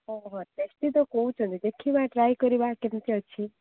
ଓହୋ ଟେଷ୍ଟି ତ କହୁଛନ୍ତି ଦେଖିବା ଟ୍ରାଏ କରିବା କେମତି ଅଛି